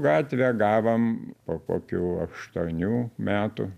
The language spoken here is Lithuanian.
gatvę gavom po kokių aštuonių metų